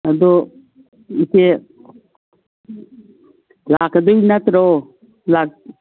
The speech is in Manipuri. ꯑꯗꯣ ꯏꯆꯦ ꯂꯥꯛꯀꯗꯣꯏ ꯅꯠꯇ꯭ꯔꯣ